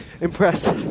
impressed